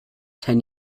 ten